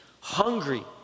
hungry